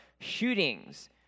shootings